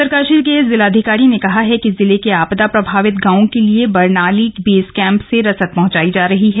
उत्तरकाशी के जिलाधिकारी ने कहा है कि जिले के आपदा प्रभावित गांवों के लिये बरनाली बेस कैम्प से रसद पहुंचाई जा रही है